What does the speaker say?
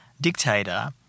dictator